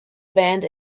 band